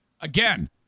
Again